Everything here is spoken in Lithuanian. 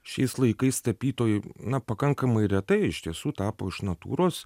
šiais laikais tapytojai na pakankamai retai iš tiesų tapo iš natūros